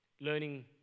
learning